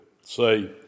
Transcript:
say